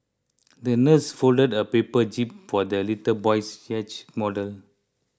the nurse folded a paper jib for the little boy's yacht model